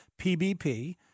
PBP